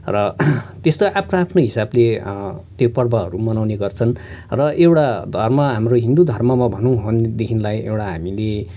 र त्यस्ता आफ्नो आफ्नो हिसाबले ति पर्वहरू मनाउने गर्छन् र एउटा धर्म हाम्रो हिन्दू धर्ममा भन्नु हो भनेदेखिलाई एउटा हामीले